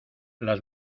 las